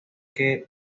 que